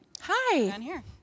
Hi